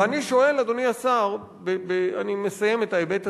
ואני שואל, אדוני השר, אני מסיים את ההיבט הזה,